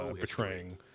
betraying